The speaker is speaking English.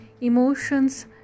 emotions